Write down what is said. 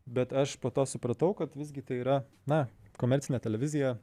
bet aš po to supratau kad visgi tai yra na komercinė televizija